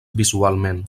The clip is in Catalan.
visualment